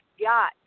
got